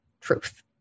truth